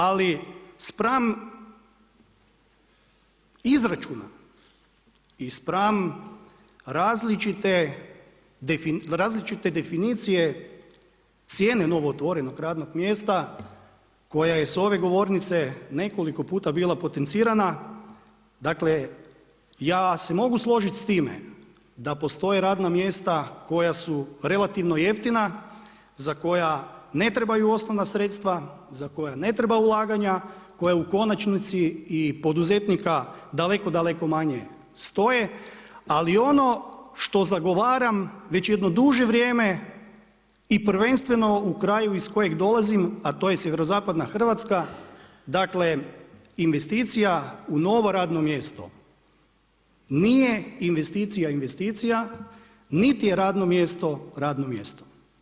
Ali spram izračuna i spram različite definicije cijene novootvorenog radnog mjesta koja je s ove govornice nekoliko puta bila potencirana, dakle ja se mogu složiti s time da postoje radna mjesta koja su relativno jeftina, za koja ne trebaju osnovna sredstva, za koja ne trebaju ulaganja, koja u konačnici i poduzetnika daleko, daleko manje stoje, ali ono što zagovaram već jedno duže vrijeme i prvenstveno u kraju iz kojeg dolazim a to je sjeverozapadna Hrvatska, dakle investicija u novo radno mjesto nije investicija investicija, niti je radno mjesto, radno mjesto.